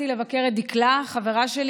שבנווה דקלים.